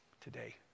today